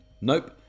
Nope